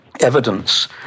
evidence